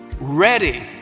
ready